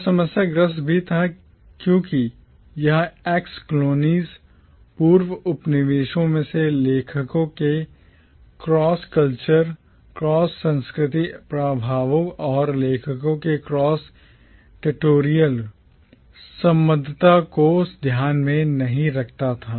यह समस्याग्रस्त भी था क्योंकि यह ex colonies पूर्व उपनिवेशों से लेखकों के cross cultural क्रॉस सांस्कृतिक प्रभावों और लेखकों के cross territorial क्रॉस टेरिटोरियल संबद्धता को ध्यान में नहीं रखता था